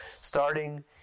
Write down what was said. starting